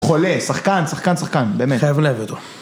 חולה, שחקן, שחקן, שחקן, באמת. חייב לב אותו.